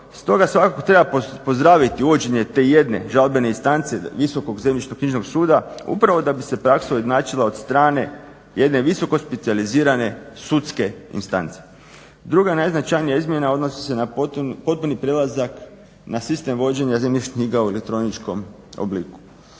Stoga svakako treba pozdraviti uvođenje te jedne žalbene instance visokog zemljišnoknjižnog suda upravo da bi se praksa ujednačila od strane jedne visokospecijalizirane sudske instance. Druga najznačajnija izmjena odnosi se na potpuni prelazak na sistem vođenja zemljišnih knjiga u elektroničkom obliku.